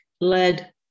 led